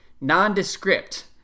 nondescript